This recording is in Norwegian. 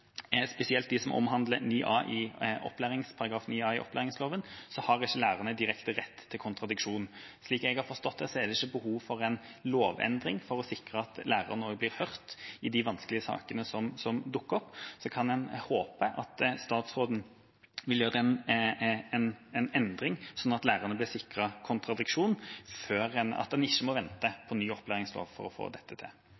spesielt de som omhandler § 9 A i opplæringsloven, har ikke læreren direkte rett til kontradiksjon. Slik jeg har forstått det, er det ikke behov for en lovendring for å sikre at lærerne blir hørt i de vanskelige sakene som dukker opp. En kan håpe at statsråden vil gjøre en endring, sånn at lærerne blir sikret kontradiksjon, at en ikke må